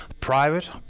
private